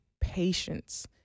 patience